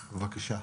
בבקשה.